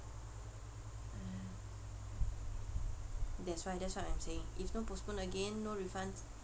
that's why that's what I'm saying if no postpone again no refund